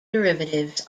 derivatives